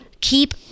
keep